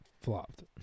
flopped